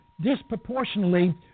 disproportionately